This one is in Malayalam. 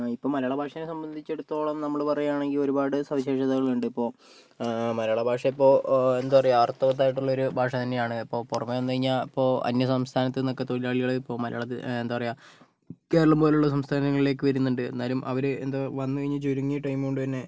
ഇപ്പം മലയാളഭാഷയെ സംബന്ധിച്ചിടത്തോളം നമ്മൾ പറയുകയാണെങ്കിൽ ഒരുപാട് സവിശേഷതകളുണ്ട് ഇപ്പോൾ മലയാളഭാഷയിപ്പോൾ എന്താ പറയുക അർത്ഥവത്തായിട്ടുള്ള ഒരു ഭാഷ തന്നെയാണ് ഇപ്പോൾ പുറത്തു നിന്ന് കഴിഞ്ഞാൽ ഇപ്പോൾ അന്യസംസ്ഥാനത്തു നിന്നൊക്കെ തൊഴിലാളികൾ ഇപ്പോൾ മലയാളത്തിൽ എന്താ പറയുക കേരളം പോലെയുള്ള സംസ്ഥാനങ്ങളിലേക്ക് വരുന്നുണ്ട് എന്നാലും അവർ എന്താ വന്നു കഴിഞ്ഞ് ചുരുങ്ങിയ ടൈം കൊണ്ടു തന്നെ